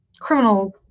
criminal